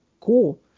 cool